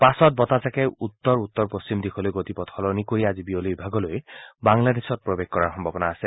পাছত বতাহজাকে উত্তৰ উত্তৰ পশ্চিম দিশলৈ গতিপথ সলনি কৰি আজি বিয়লিৰ ভাগলৈ বাংলাদেশত প্ৰৱেশ কৰাৰ সম্ভাৱনা আছে